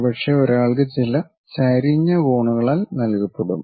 ഒരുപക്ഷേ ഒരാൾക്ക് ചില ചരിഞ്ഞ കോണുകളാൽ നൽകപ്പെടും